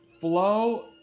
flow